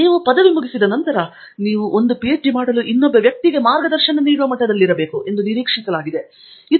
ನೀವು ಪದವಿ ಮುಗಿಸಿದ ನಂತರ ನೀವು ಒಂದು ಪಿಎಚ್ಡಿ ಮಾಡಲು ಇನ್ನೊಬ್ಬ ವ್ಯಕ್ತಿಗೆ ಮಾರ್ಗದರ್ಶನ ನೀಡುವ ಮಟ್ಟದಲ್ಲಿರಬೇಕು ಎಂದು ನಿರೀಕ್ಷಿಸಲಾಗಿದೆ